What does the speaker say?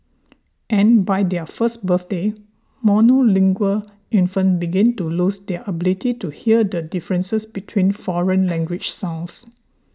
and by their first birthdays monolingual infants begin to lose their ability to hear the differences between foreign language sounds